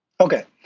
okay